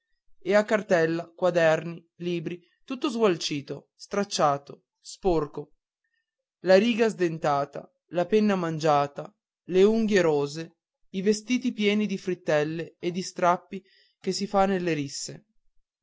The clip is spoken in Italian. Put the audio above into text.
e ha cartella quaderni libro tutto sgualcito stracciato sporco la riga dentellata la penna mangiata le unghie rose i vestiti pieni di frittelle e di strappi che si fa nelle risse